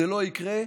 לא ייגמר.